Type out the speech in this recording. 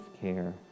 care